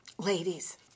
Ladies